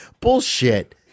Bullshit